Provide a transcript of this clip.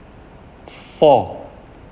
four